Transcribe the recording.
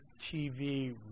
TV